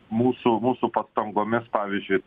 mūsų mūsų pastangomis pavyzdžiui